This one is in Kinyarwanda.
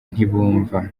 ntibumva